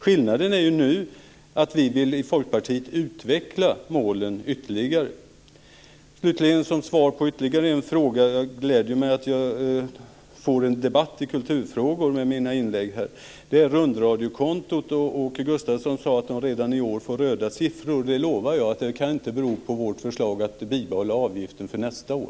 Skillnaden nu är att vi i Folkpartiet vill utveckla målen ytterligare. Slutligen vill jag säga följande som svar på ytterligare en fråga. Det gläder mig att jag får till stånd en debatt i kulturfrågor med mina inlägg. Åke Gustavsson sade att rundradiokontot redan i år får röda siffror. Jag lovar att det inte kan bero på vårt förslag att bibehålla avgiften för nästa år.